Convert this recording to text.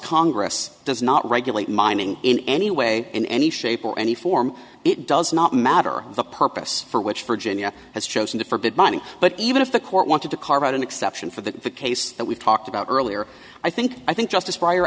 congress does not regulate mining in any way in any shape or any form it does not matter the purpose for which virginia has chosen to forbid mining but even if the court wanted to carve out an exception for the case that we've talked about earlier i think i think justice